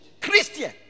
Christian